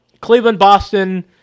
Cleveland-Boston